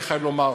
אני חייב לומר.